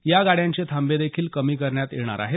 या गाड्यांचे थांबे देखील कमी करण्यात येणार आहेत